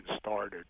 started